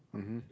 mmhmm